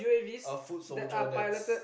a food solider that's